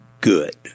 good